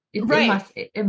Right